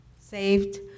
saved